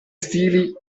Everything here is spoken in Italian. stili